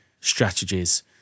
strategies